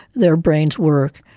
their brains work,